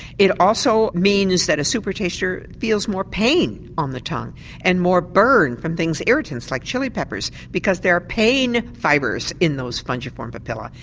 it also means that a supertaster feels more pain on the tongue and more burn from irritants like chilli peppers because there are pain fibres in those fungiform papillae.